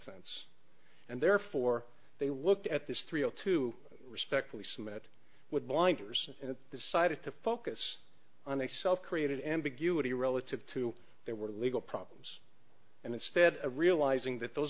fence and therefore they looked at this thrill to respectfully submit with blinders and decided to focus on a self created ambiguity relative to there were legal problems and instead of realizing that those